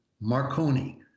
marconi